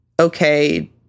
okay